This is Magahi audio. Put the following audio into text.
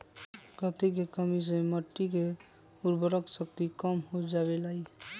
कथी के कमी से मिट्टी के उर्वरक शक्ति कम हो जावेलाई?